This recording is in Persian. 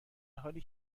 حالی